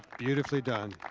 beautifully done.